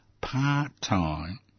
part-time